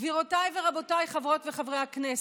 גבירותי ורבותיי, חברות וחברי הכנסת,